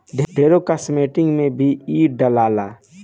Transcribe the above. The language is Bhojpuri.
ढेरे कास्मेटिक में भी इ डलाला